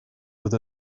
with